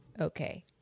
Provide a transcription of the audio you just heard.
okay